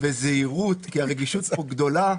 ובזהירות כי הרגישות כאן גדולה.